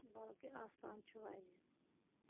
بلکہِ آسان چھُ واریاہ